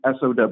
SOW